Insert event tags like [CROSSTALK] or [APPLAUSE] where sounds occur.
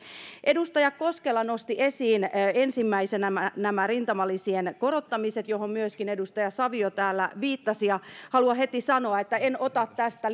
edustaja koskela nosti esiin ensimmäisenä nämä nämä rintamalisien korottamiset joihin myöskin edustaja savio täällä viittasi haluan heti sanoa että en ota tästä [UNINTELLIGIBLE]